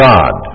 God